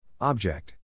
Object